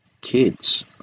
kids